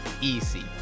Easy